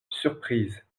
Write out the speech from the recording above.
surprise